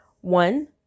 One